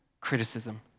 criticism